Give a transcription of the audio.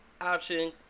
option